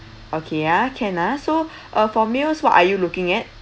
okay ah can ah so uh for meals what are you looking at